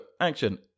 action